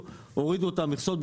הורידו את המכסות,